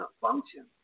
function